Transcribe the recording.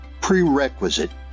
Prerequisite